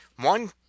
One